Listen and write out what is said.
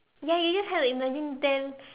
ya you just have to imagine them